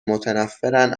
متنفرن